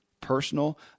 Personal